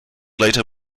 later